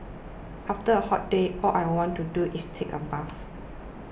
after a hot day all I want to do is take a bath